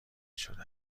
شده